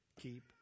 Keep